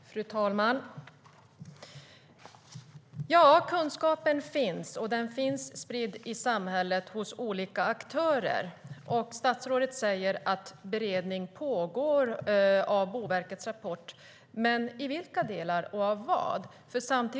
Fru talman! Kunskapen finns, och den finns spridd hos olika aktörer i samhället. Statsrådet säger att beredning av Boverkets rapport pågår, men vilka delar och vad gäller det?